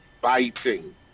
biting